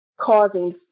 causing